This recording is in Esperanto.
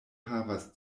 havas